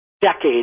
decades